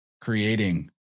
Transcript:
creating